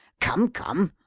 come, come!